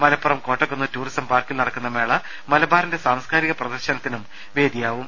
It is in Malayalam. മലപ്പുറം കോട്ടക്കുന്ന് ടൂറിസം പാർക്കിൽ നടക്കുന്ന മേള മലബാറിന്റെ സാംസ് കാരിക പ്രദർശനത്തിനും വേദിയാവും